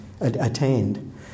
attained